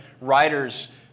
writers